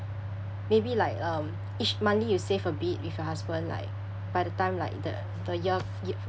maybe like um each monthly you save a bit with your husband like by the time like the the year